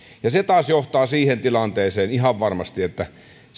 ja se taas johtaa siihen tilanteeseen ihan varmasti että